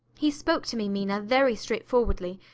he spoke to me, mina, very straightforwardly.